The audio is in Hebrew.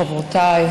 חברותיי,